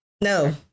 No